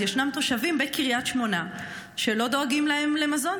אז ישנם תושבים בקריית שמונה שלא דואגים להם למזון.